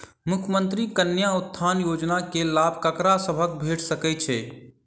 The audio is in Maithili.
मुख्यमंत्री कन्या उत्थान योजना कऽ लाभ ककरा सभक भेट सकय छई?